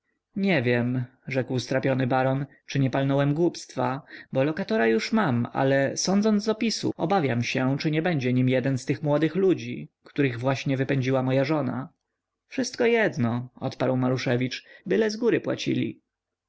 nie wiem rzekł strapiony baron czy nie palnąłem głupstwa bo lokatora już mam ale sądząc z opisu obawiam się czy nie będzie nim jeden z tych młodych ludzi których właśnie wypędziła moja żona wszystko jedno odparł maruszewicz byle zgóry płacili